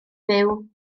byw